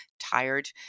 tired